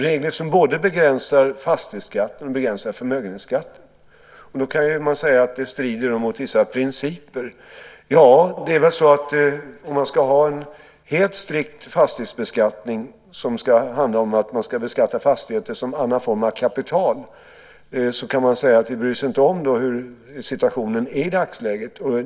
Det handlar om regler som begränsar fastighetsskatten och förmögenhetsskatten. Då kan man säga att det strider mot vissa principer. Ja, det är väl så att om man ska ha en helt strikt fastighetsbeskattning som handlar om att beskatta fastigheter som annan form av kapital kan man säga att vi inte ska bry oss om hur situationen är i dagsläget.